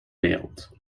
wereld